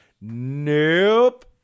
nope